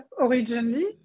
originally